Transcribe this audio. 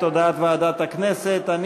סעיף 1(2)(ב),